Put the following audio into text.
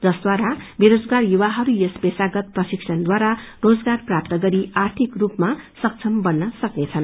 जरूद्वारा बेरोजगार युवाहरू यस पेशागत प्रशिक्षणद्वारा रोजगार प्राप्त गरी आर्थिक रूपमा सक्षम बन्न सकनेछन्